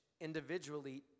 individually